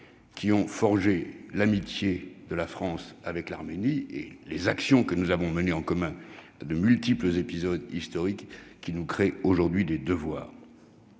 qui a forgé l'amitié de la France avec l'Arménie, et les actions que nous avons menées en commun lors de multiples épisodes historiques nous créent aujourd'hui des devoirs.